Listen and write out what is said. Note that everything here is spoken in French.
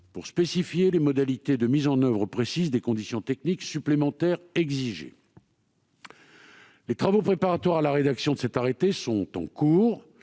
pour spécifier les modalités de mise en oeuvre précises des conditions techniques supplémentaires exigées. Les travaux préparatoires à la rédaction de cet arrêté sont en cours.